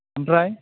ओमफ्राय